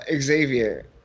Xavier